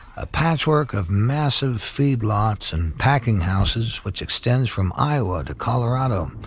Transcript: a patchwork of massive feedlots and packing houses which extends from iowa to colorado,